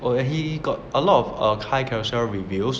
oh and he got a lot of err high Carousell reviews